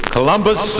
Columbus